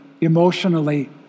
emotionally